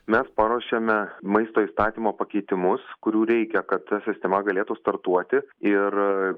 mes paruošėme maisto įstatymo pakeitimus kurių reikia kad ta sistema galėtų startuoti ir